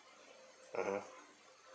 (uh huh)